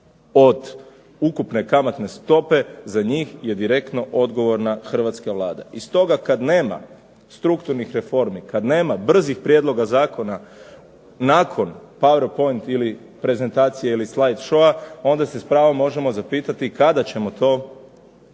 od ukupne kamatne stope za njih je direktno odgovorna Hrvatska vlada. I stoga kada nema strukturnih reformi ili kada nema brzih prijedloga zakona nakon power point prezentacije ili slide showa onda se s pravom možemo zapitati kada ćemo to izvući